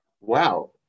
wow